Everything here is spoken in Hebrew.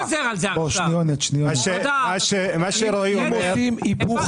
הם עושים היפוך